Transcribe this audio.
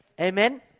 Amen